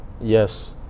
yes